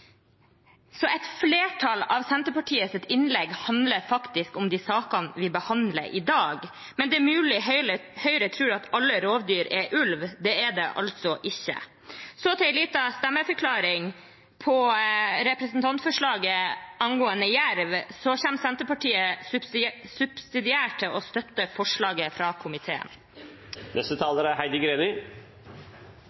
Så et flertall av Senterpartiets innlegg handler faktisk om de sakene vi behandler i dag. Men det er mulig Høyre tror at alle rovdyr er ulv. Det er det altså ikke. Så til en liten stemmeforklaring. Når det gjelder representantforslaget angående jerv, kommer Senterpartiet subsidiært til å støtte forslaget fra komiteen.